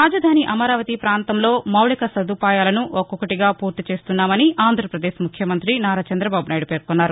రాజధాని అమరావతి ప్రాంతంలో మౌలిక సదుపాయాలను ఒక్కొక్కటి ఫూర్తి చేస్తున్నామని ఆంధ్రప్రదేశ్ ముఖ్యమంతి నారా చంద్రబాబు నాయుడు పేర్కొన్నారు